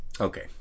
Okay